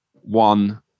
one